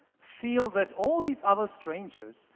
feel that all these other strangers,